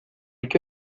qué